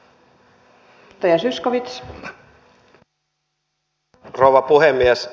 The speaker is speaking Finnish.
arvoisa rouva puhemies